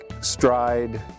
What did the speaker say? stride